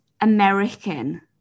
American